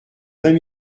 vingt